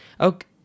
okay